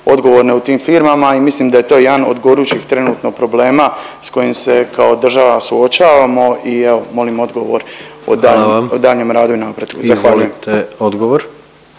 odgovorne u tim firmama i mislim da je to jedan od gorućih trenutno problema s kojim se kao država suočavamo i evo molim odgovor … …/Upadica predsjednik: Hvala vam./…